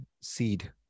seed